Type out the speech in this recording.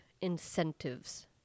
incentives